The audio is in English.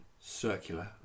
circular